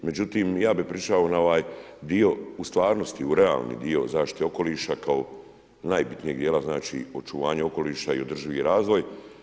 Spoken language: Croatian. Međutim, ja bi pričao na ovaj dio u stvarnosti, u realni dio zaštite okoliša, kao najbitnijeg dijela, znači, očuvanja okoliša i održivi razvoj.